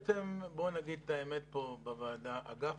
בואו נגיד את האמת כאן בוועדה, אגף